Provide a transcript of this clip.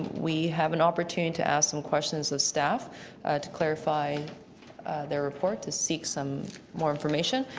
we have an opportunity to ask some questions of staff to clarify their report, to seek some more information.